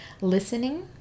listening